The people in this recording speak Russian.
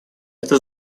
это